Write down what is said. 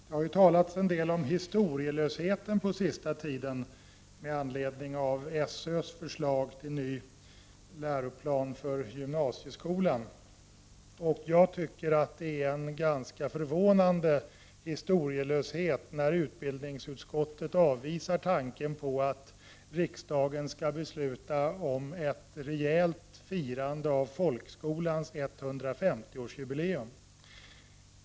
Det har den senaste tiden talats en del om historielösheten med anledning av SÖ:s förslag till ny läroplan för gymnasieskolan. Jag tycker att det är en ganska förvånande historielöshet när utbildningsutskottet avvisar tankar på att riksdagen skall besluta om ett rejält firande av folkskolans 150-årsjubileum.